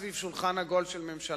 סביב שולחן עגול של ממשלה,